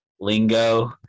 lingo